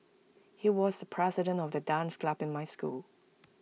he was the president of the dance club in my school